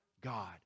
God